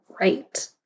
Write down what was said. right